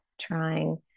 trying